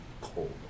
cold